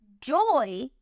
joy